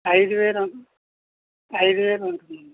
ఐదు వేలు ఐదు వేలు ఉంటుందమ్మా